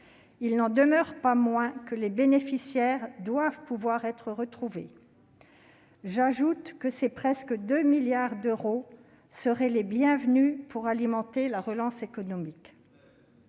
il n'en demeure pas moins que les intéressés doivent pouvoir être retrouvés. J'ajoute que ces près de 2 milliards d'euros seraient les bienvenus pour alimenter la relance de l'économie.